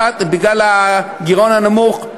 בגלל הגירעון הנמוך,